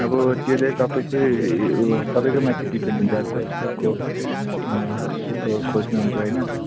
अब त्यो चाहिँ तपाईँकै तपाईँकैमाथि डिपेन्ड हुन्छ अब कस्तो टाइपको खोज्नु हुन्छ होइन